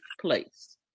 place